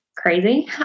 crazy